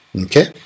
Okay